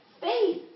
faith